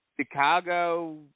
Chicago